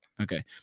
Okay